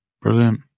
Brilliant